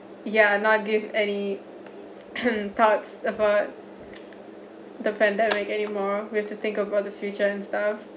ya not give any thoughts about the pandemic anymore we have to think about the future and stuff